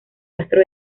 rastro